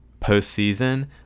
postseason